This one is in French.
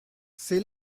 c’est